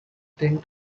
tend